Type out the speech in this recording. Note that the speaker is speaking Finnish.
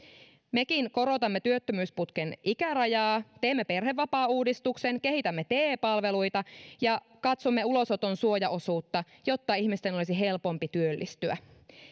mekin korotamme työttömyysputken ikärajaa teemme perhevapaauudistuksen kehitämme te palveluita ja katsomme ulosoton suojaosuutta jotta ihmisten olisi helpompi työllistyä